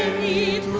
need